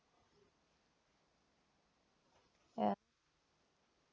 yes